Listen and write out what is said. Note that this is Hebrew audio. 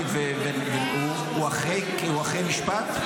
הוא אכן נשפט?